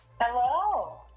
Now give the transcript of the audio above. Hello